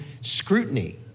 scrutiny